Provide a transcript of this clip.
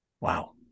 Wow